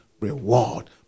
reward